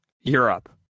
Europe